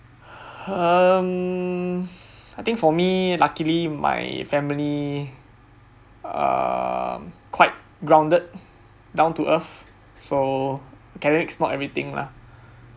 um I think for me luckily my family um quite grounded down to earth so academics not everything lah